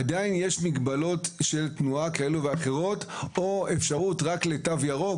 עדיין יש מגבלות כאלו ואחרות של תנועה או אפשרות רק לתו ירוק,